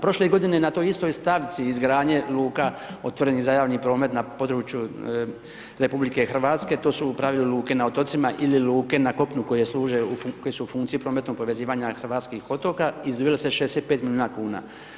Prošle godine na toj istoj stavci izgradnje luka otvorenih za javni promet na području RH, to su u pravilu luke na otocima ili luke na kopnu koje služe, koje su u funkciji prometnog povezivanja hrvatskih otoka, izdvojilo se 65 milijuna kuna.